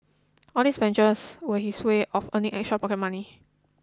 all these ventures was his way of earning extra pocket money